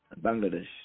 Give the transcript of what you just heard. Bangladesh